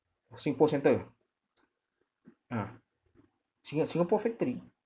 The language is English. singpost centre ah singa~ singapore factory